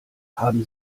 haben